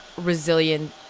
resilient